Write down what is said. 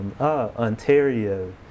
Ontario